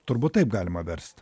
turbūt taip galima verst